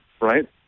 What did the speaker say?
right